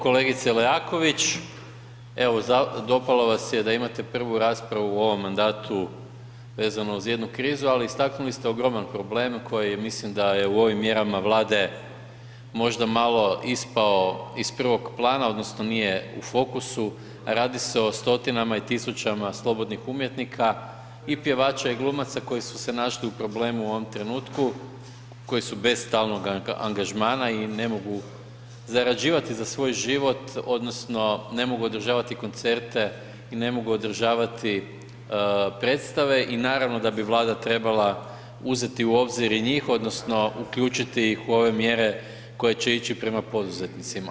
Kolegice Leaković, evo dopalo vas je da imate prvu raspravu u ovom mandatu vezano uz jednu krizu ali istaknuli ste ogroman problem koji mislim da je u ovim mjerama Vlade možda malo ispao iz prvog plana odnosno nije u fokusu, radi se o stotinama i tisućama slobodnih umjetnika i pjevača i glumaca koji su se našli u problemu u ovom trenutku, koji su bez stalnog angažmana i ne mogu zarađivati za svoj život odnosno ne mogu održavati koncerte i ne mogu održavati predstave i naravno da bi Vlada trebali uzeti u obzir i njih odnosno uključiti ih u ove mjere koje će ići prema poduzetnicima.